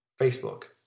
Facebook